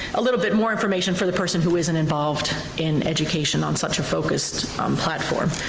a little bit more information for the person who isn't involved in education on such a focused platform.